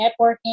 networking